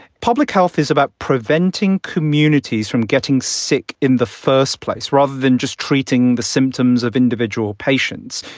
public health is about preventing communities from getting sick in the first place rather than just treating the symptoms of individual patients.